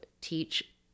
teach